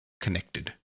connected